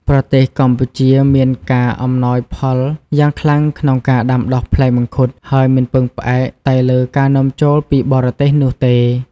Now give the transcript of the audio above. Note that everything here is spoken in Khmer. ប្រទេសកម្ពុជាមានការអំណោយផលយ៉ាងខ្លាំងក្នុងការដាំដុះផ្លែមង្ឃុត ហើយមិនពឹងផ្អែកតែលើការនាំចូលពីបរទេសនោះទេ។